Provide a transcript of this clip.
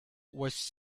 was